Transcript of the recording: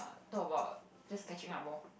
talk about just catching up lor